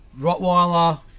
rottweiler